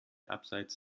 abseits